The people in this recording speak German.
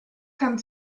kann